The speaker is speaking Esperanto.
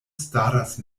staras